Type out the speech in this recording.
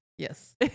Yes